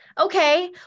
Okay